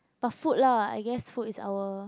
but food lah I guess food is our